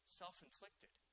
self-inflicted